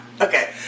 Okay